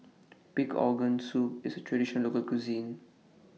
Pig Organ Soup IS A Traditional Local Cuisine